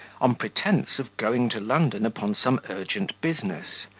on pretence of going to london upon some urgent business,